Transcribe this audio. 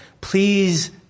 please